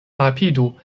rapidu